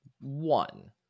One